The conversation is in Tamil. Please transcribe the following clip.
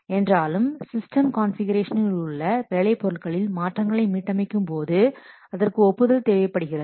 என்றாலும் சிஸ்டம் கான்ஃபிகுரேஷனில் உள்ள வேலை பொருட்களில் மாற்றங்களை மீட்டமைக்கும்போது அதற்கு ஒப்புதல் தேவைப்படுகிறது